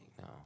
no